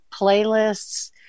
playlists